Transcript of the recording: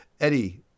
eddie